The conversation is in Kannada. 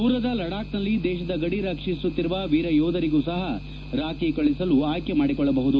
ದೂರದ ಲಡಾಕ್ನಲ್ಲಿ ದೇಶದ ಗಡಿ ರಕ್ಷಿಸುತ್ತಿರುವ ವೀರ ಯೋಧರಿಗೂ ಸಹ ರಾಖಿ ಕಳಿಸಲು ಆಯ್ಕೆ ಮಾಡಿಕೊಳ್ಳಬಹುದು